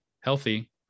healthy